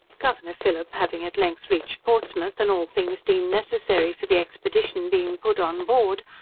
governor phillip having at length reached portsmouth, and all things deemed necessary for the expedition being put on board,